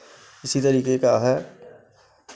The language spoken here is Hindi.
इसी तरीके का है